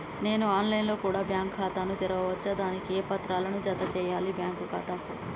నేను online లో కూడా బ్యాంకు ఖాతా ను తెరవ వచ్చా? దానికి ఏ పత్రాలను జత చేయాలి బ్యాంకు ఖాతాకు?